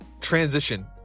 transition